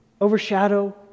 overshadow